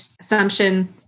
assumption